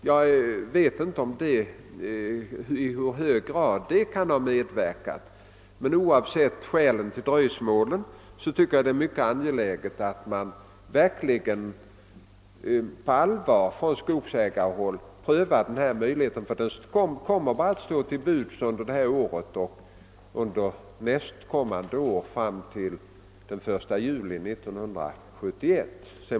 Jag vet inte i hur hög grad detta kan ha medverkat, men oavsett skälen till dröjsmålet tycker jag att det är angeläget att man från skogsägarhåll på allvar prövar denna möjlighet att få bidrag. Den kommer nämligen bara att stå till buds fram till den 1 juli 1971.